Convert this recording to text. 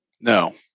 no